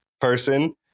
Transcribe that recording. person